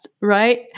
right